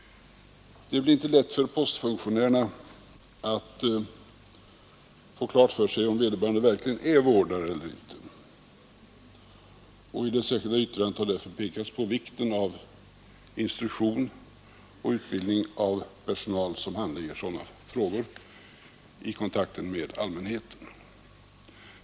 Det blir inte lätt för postfunktionärerna att avgöra om vederbörande verkligen är vårdare eller inte. I det särskilda yttrandet har därför pekats på vikten av instruktion och utbildning av personal som handlägger sådana frågor vid kontakten med allmänheten.